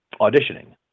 auditioning